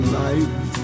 life